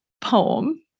poem